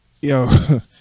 yo